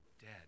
dead